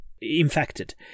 infected